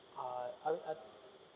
uh I I